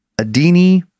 Adini